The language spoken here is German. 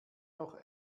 noch